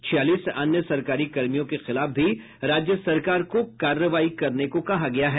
छियालीस अन्य सरकारी कर्मियों के खिलाफ भी राज्य सरकार को कार्रवाई करने को कहा गया है